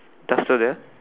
duster there